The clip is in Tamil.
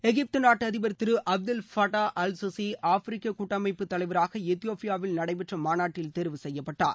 எகிப்து நாட்டு அதிபர் திரு அப்துல் பட்டா அல் சிசி ஆப்பிரிக்க கூட்டமைப்பு தலைவராக எத்தியோப்பாவில் நடைபெற்ற மாநாட்டில் தேர்வு செய்யப்பட்டார்